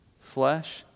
flesh